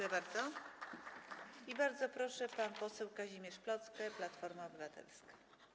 I bardzo proszę, pan poseł Kazimierz Plocke, Platforma Obywatelska.